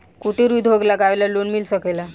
कुटिर उद्योग लगवेला लोन मिल सकेला?